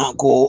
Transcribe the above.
go